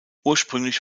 ursprünglich